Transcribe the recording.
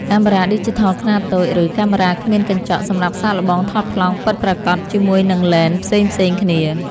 កាមេរ៉ាឌីជីថលខ្នាតតូច ឬកាមេរ៉ាគ្មានកញ្ចក់ សម្រាប់សាកល្បងថតប្លង់ពិតប្រាកដជាមួយនឹងឡេនផ្សេងៗគ្នា។